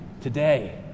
today